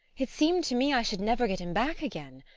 it seemed to me i should never get him back again.